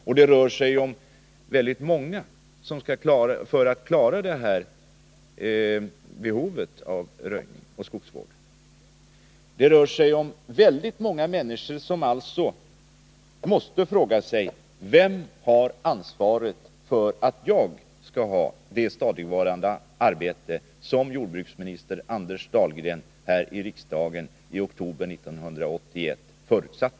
Och det rör sig om väldigt många människor — för att det här behovet av röjning och skogsvård skall kunna effektueras — som frågar sig: Vem har ansvaret för att jag skall ha det stadigvarande arbete som jordbruksminister Anders Dahlgren förutsatte i riksdagen i oktober 1981?